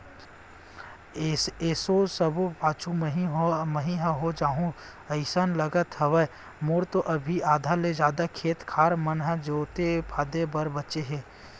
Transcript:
एसो सबले पाछू मही ह हो जाहूँ अइसे लगत हवय, मोर तो अभी आधा ले जादा खेत खार मन जोंते फांदे बर बचें हे